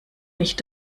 nicht